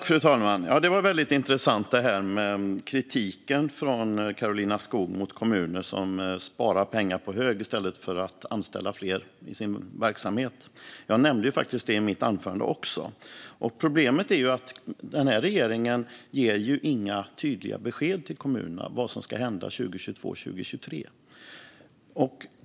Fru talman! Det var väldigt intressant med kritiken från Karolina Skog mot kommuner som sparar pengar på hög i stället för att anställa fler i sin verksamhet. Jag nämnde också det i mitt anförande. Problemet är att regeringen inte ger några tydliga besked till kommunerna om vad som ska hända 2022 och 2023.